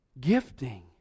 gifting